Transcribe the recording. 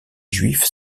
juifs